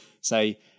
say